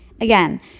Again